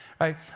right